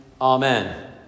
amen